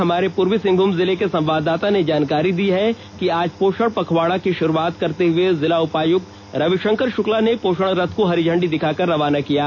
हमारे पूर्वी सिंहभूम जिले के संवाददाता ने जानकारी दी है कि आज पोषण पखवाड़ा की शुरूआत करते हुए जिला उपायुक्त रविशंकर शुक्ला ने पोषण रथ को हरी झंडी दिखाकर रवाना किया गया